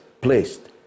placed